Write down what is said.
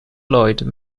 lloyd